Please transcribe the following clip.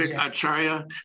Acharya